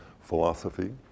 Philosophy